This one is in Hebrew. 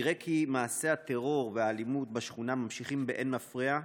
נראה כי מעשי הטרור והאלימות בשכונה ממשיכים באין מפריע,